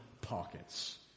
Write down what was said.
pockets